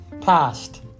past